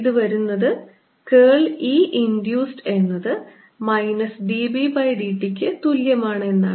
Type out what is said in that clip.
ഇത് വരുന്നത് curl E induce എന്നത് minus d B by d t ക്ക് തുല്യമാണ് എന്നാണ്